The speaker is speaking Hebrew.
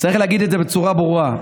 צריך להגיד את זה בצורה ברורה: